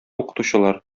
укытучылар